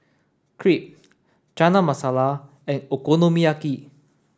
Crepe Chana Masala and Okonomiyaki